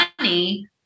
money